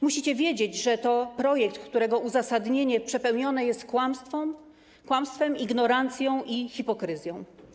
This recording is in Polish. Musicie wiedzieć, że to projekt, którego uzasadnienie przepełnione jest kłamstwem, ignorancją i hipokryzją.